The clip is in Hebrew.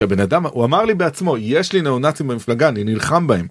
הבן אדם, הוא אמר לי בעצמו, יש לי נאו-נאצים במפלגה, אני נלחם בהם.